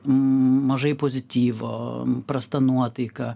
mažai pozityvo prasta nuotaika